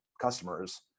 customers